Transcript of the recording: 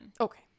Okay